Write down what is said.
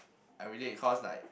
I relate cause like